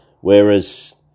Whereas